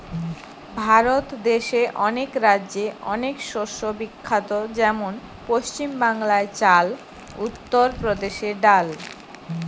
ভারত দেশে অনেক রাজ্যে অনেক শস্য বিখ্যাত যেমন পশ্চিম বাংলায় চাল, উত্তর প্রদেশে ডাল